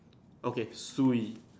okay three